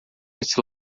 esse